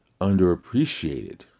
underappreciated